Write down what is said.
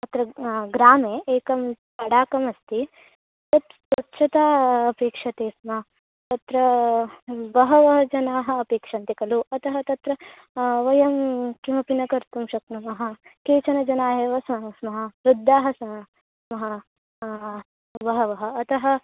अत्र ग्रामे एकं तडागमस्ति तत् स्वच्छता अपेक्ष्यते स्म तत्र अहं बहवः जनाः अपेक्ष्यन्ते खलु अतः तत्र वयं किमपि न कर्तुं शक्नुमः केचन जनाः एव सः स्मः वृद्धाः सः स्मः बहवः अतः